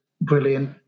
brilliant